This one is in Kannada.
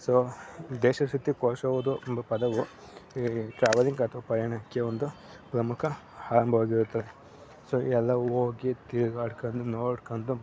ಸೊ ದೇಶ ಸುತ್ತಿ ಕೋಶ ಓದು ಎಂಬ ಪದವು ಈ ಟ್ರಾವಲಿಂಗ್ ಅಥವಾ ಪಯಣಕ್ಕೆ ಒಂದು ಪ್ರಮುಖ ಅನುಭವ ಆಗಿರುತ್ತದೆ ಸೊ ಎಲ್ಲ ಹೋಗಿ ತಿರ್ಗಾಡ್ಕೊಂಡು ನೋಡ್ಕೊಂಡು